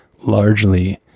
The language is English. largely